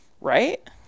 Right